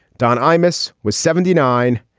don imus was seventy nine.